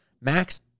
Max